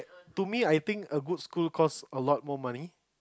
to me I think that a good school costs a lot more money